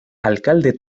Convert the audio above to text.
alcalde